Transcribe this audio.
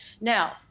now